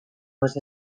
was